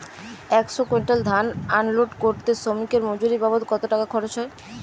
একশো কুইন্টাল ধান আনলোড করতে শ্রমিকের মজুরি বাবদ কত টাকা খরচ হয়?